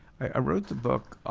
i wrote the book